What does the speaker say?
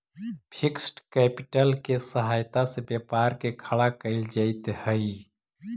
fixed capital के सहायता से व्यापार के खड़ा कईल जइत हई